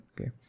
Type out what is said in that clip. okay